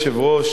אדוני היושב-ראש,